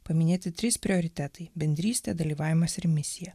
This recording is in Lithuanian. paminėti trys prioritetai bendrystė dalyvavimas ir misija